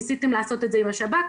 ניסיתם לעשות את זה עם השב"כ?